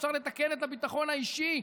אפשר לתקן את הביטחון האישי.